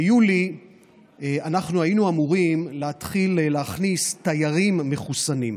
ביולי היינו אמורים להתחיל להכניס תיירים מחוסנים.